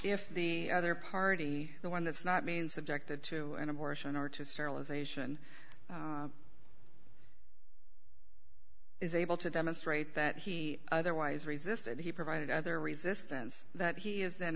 if the other party the one that's not mean subjected to an abortion or to sterilization is able to demonstrate that he otherwise resisted he provided other resistance that he is then